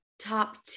top